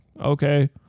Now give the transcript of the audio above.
okay